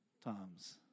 times